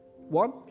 One